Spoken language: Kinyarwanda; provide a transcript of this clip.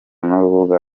n’urubuga